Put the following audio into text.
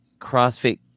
CrossFit –